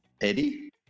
Eddie